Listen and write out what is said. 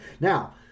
Now